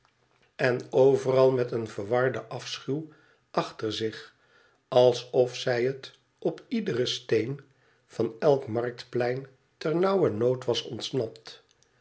en overal roet een verwarden afschuw achter zich alsof zij het op lederen steen van elk marktplein ternauwernood was ontsnapt